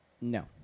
No